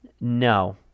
No